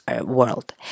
world